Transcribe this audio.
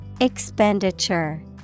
Expenditure